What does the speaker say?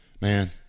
man